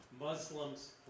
Muslims